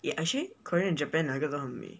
yeah actually korea and japan 哪一个都很美